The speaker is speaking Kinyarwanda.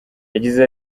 yagize